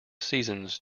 seasons